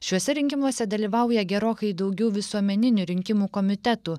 šiuose rinkimuose dalyvauja gerokai daugiau visuomeninių rinkimų komitetų